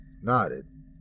nodded